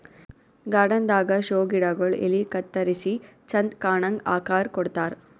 garden ದಾಗಾ show ಗಿಡಗೊಳ್ ಎಲಿ ಕತ್ತರಿಸಿ ಚಂದ್ ಕಾಣಂಗ್ ಆಕಾರ್ ಕೊಡ್ತಾರ್